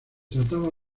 trataba